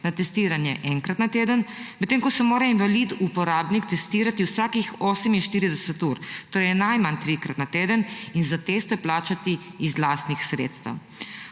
na testiranje enkrat na teden, medtem ko se mora invalid uporabnik testirati vsakih 48 ur, torej najmanj trikrat na teden, in za teste plačati iz lastnih sredstev.